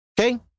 Okay